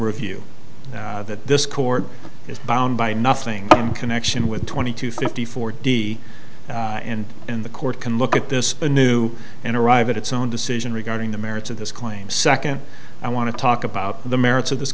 review that this court is bound by nothing connection with twenty two fifty four d and in the court can look at this a new and arrive at its own decision regarding the merits of this claim second i want to talk about the merits of this